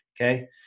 Okay